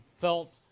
felt